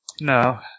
no